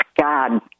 God